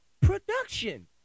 production